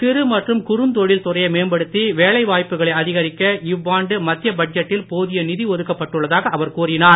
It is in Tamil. சிறு மற்றும்குறுந்தொழில் துறையை மேம்படுத்தி வேலைவாய்ப்புகளை அதிகரிக்க இவ்வாண்டு மத்திய பட்ஜெட்டில் போதிய நிதி ஒதுக்கப் பட்டுள்ளதாக அவர் கூறினார்